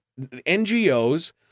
NGOs